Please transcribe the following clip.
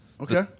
Okay